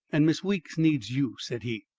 and miss weeks needs you, said he.